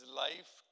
life